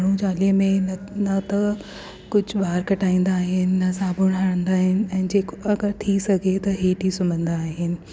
माण्हू चालीहे में न त कुझु वार कटाईंदा आहिनि न साबून हणंदा आहिनि ऐं जेका अगरि थी सघे त हेठि ही सुम्हंदा आहिनि